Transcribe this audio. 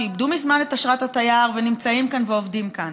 שאיבדו מזמן את אשרת התייר ונמצאים כאן ועובדים כאן.